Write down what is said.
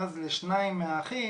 ואז לשניים מהאחים